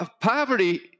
poverty